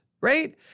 right